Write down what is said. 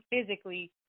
physically